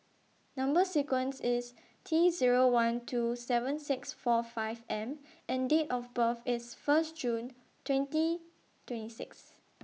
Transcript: Number sequence IS T Zero one two seven six four five M and Date of birth IS First June twenty twenty six